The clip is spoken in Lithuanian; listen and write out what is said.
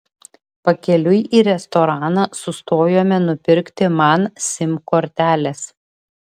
pakeliui į restoraną sustojome nupirkti man sim kortelės